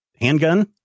Handgun